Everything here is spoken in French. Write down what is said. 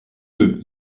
deux